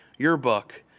your book,